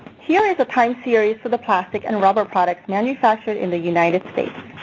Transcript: here is a time series for the plastic and rubber products manufactured in the united states.